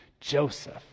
Joseph